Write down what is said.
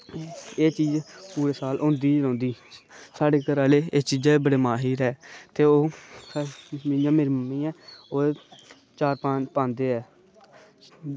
एह् चीज़ पूरे साल होंदी रौहंदी साढ़े घरै आह्ले इस चीज़ै ई बड़े मायर ऐ ते ओह् अस आचार पांदे ऐ